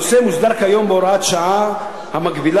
הנושא מוסדר כיום בהוראת שעה המגבילה